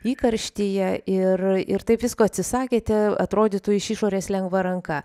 įkarštyje ir ir taip visko atsisakėte atrodytų iš išorės lengva ranka